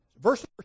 verse